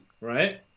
right